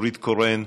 נורית קורן,